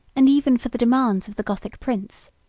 and even for the demands of the gothic prince.